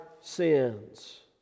sins